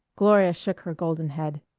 gloria shook her golden head.